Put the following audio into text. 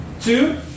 Two